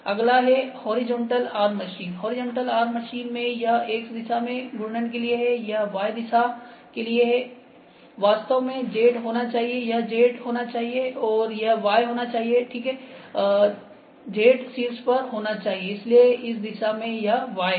अगला है horizontal arm machines horizontal arm machines में यह X दिशा में घूर्णन के लिए है यह y के लिए है वास्तव में यह Z होना चाहिए यह Z होना चाहिए और यह Y होना चाहिए ठीक है Z शीर्ष पर होना चाहिए इसलिए इस दिशा में Y है